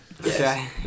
Okay